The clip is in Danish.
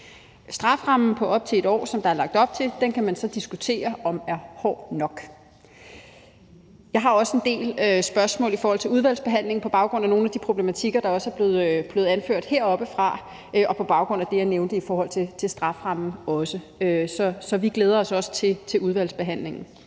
Strafferammen på op til 1 år, som der er lagt op til, kan man så diskutere om er høj nok. Jeg har også en del spørgsmål i forhold til udvalgsbehandlingen på baggrund af nogle af de problematikker, der også er blevet anført heroppefra, og på baggrund af det, jeg nævnte i forhold til strafferammen. Så vi glæder os også til udvalgsbehandlingen.